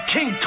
King